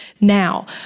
Now